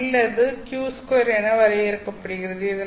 ஏனெனில் அது q2 என வரையறுக்கப்படுகிறது